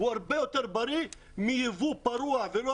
הוא הרבה יותר בריא מיבוא פרוע ולא